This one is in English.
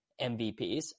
MVPs